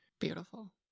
Beautiful